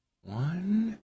one